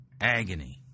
Agony